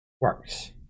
works